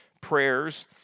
Prayers